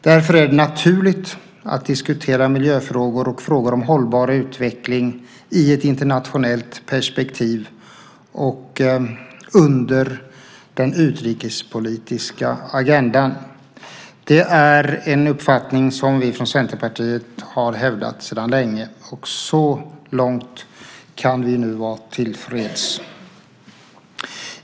Därför är det naturligt att diskutera miljöfrågor och frågor om hållbar utveckling i ett internationellt perspektiv och under den utrikespolitiska agendan. Det är en uppfattning som vi i Centerpartiet har hävdat sedan länge, och så långt kan vi nu vara tillfreds.